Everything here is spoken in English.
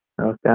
Okay